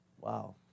Wow